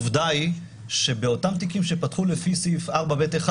עובדה היא שבאותם תיקים שפתחו לפי סעיף 4ב1,